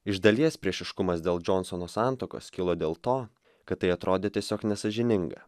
iš dalies priešiškumas dėl džonsono santuokos kilo dėl to kad tai atrodė tiesiog nesąžininga